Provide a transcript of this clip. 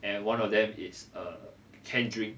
and one of them is a canned drink